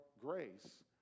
grace